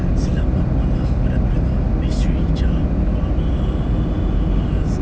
selamat malam para pendengar misteri jam dua belas